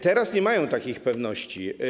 Teraz nie mają takiej pewności.